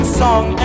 song